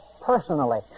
personally